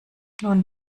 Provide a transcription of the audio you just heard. nun